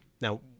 now